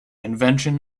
invention